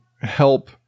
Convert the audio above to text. help